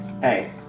hey